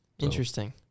interesting